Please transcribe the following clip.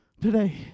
Today